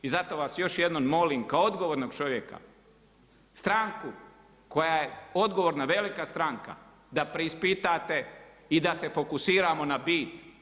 I zato vas još jednom molim kao odgovornog čovjeka, stranku koja je odgovorna, velika stranka da preispitate i da se fokusiramo na bit.